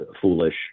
foolish